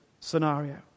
scenario